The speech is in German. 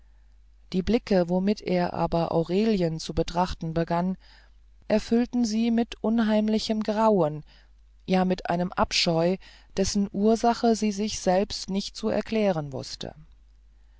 die blicke womit er aber aurelien zu betrachten begann erfüllten sie mit unheimlichem grauen ja mit einem abscheu dessen ursache sie sich selbst nicht zu erklären wußte